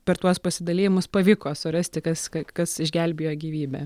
per tuos pasidalijimus pavyko surasti kas kas išgelbėjo gyvybę